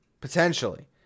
potentially